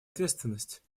ответственность